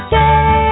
day